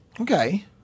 Okay